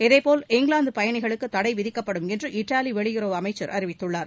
இதேபோல இங்கிலாந்து பயணிகளுக்கு தடை விதிக்கப்படும் என்று இத்தாவி வெளியுறவு அமைச்சர் அறிவித்துள்ளார்